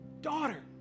daughter